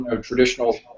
traditional